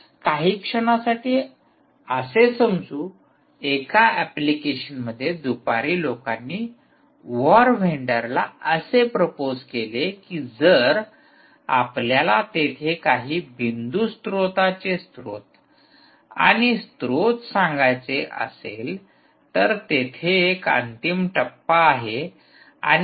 काही क्षणासाठी असे समजू एका एप्लिकेशन मध्ये दुपारी लोकांनी वॉर व्हेंडरला असे प्रपोज केले की जर आपल्याला तेथे काही बिंदू स्त्रोताचे स्त्रोत आणि स्त्रोत सांगायचे असेल तर तेथे एक अंतिम टप्पा आहे